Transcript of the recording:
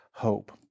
Hope